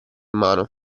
mano